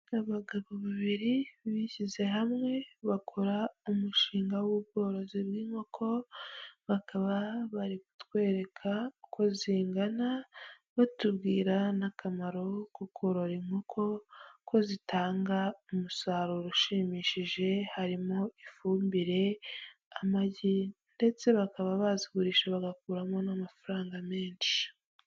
Abagabo babiri bishyize hamwe bakora umushinga w'ubworozi bw'inkoko, bakaba bari kutwereka uko zingana, batubwira n'akamaro ko korora inkoko, ko zitanga umusaruro ushimishije, harimo ifumbire, amagi ndetse bakaba bazigurisha bagakuramo n' amafaranga menshi.